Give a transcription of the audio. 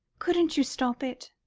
couldn't you stop it?